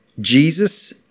Jesus